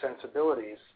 sensibilities